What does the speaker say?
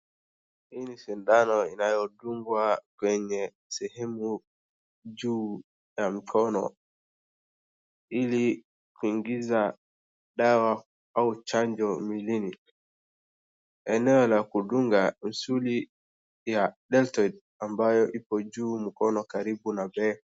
Hii ni sindano inayodungwa kwenye sehemu juu ya mkono ili kuingiza dawa au chanjo mwilini eneo la kudunga misuli juu detoil ambayo iko juu karibu na bega.